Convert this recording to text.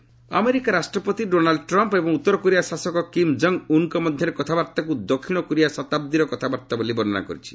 summit South Korea America ରାଷ୍ଟ୍ରପତି Donald Trump ଏବଂ ଉତ୍ତର କୋରିଆ ଶାସକ କିମ୍ ଜଙ୍ଗ୍ ଉନ୍ଙ୍କ ମଧ୍ୟରେ କଥାବାର୍ତ୍ତାକୁ ଦକ୍ଷିଣ କୋରିଆ ଶତାବ୍ଦୀର କଥାବାର୍ତ୍ତା ବୋଲି ବର୍ଣ୍ଣନା କରିଛି